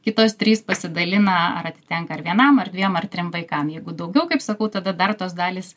kitos trys pasidalina ar atitenka ar vienam ar dviem ar trim vaikam jeigu daugiau kaip sakau tada dar tos dalys